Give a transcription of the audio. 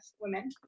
women